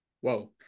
whoa